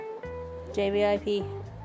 JVIP